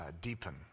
deepen